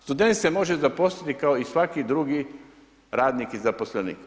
Student se može zaposliti kao i svaki drugi radnik i zaposlenik.